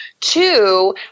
two